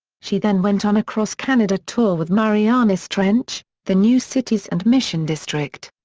she then went on a cross-canada tour with marianas trench, the new cities and mission district.